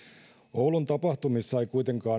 oulun tapahtumissa ei kuitenkaan